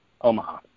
Omaha